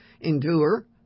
endure